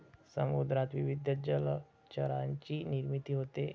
समुद्रात विविध जलचरांची निर्मिती होते